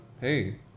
hey